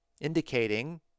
indicating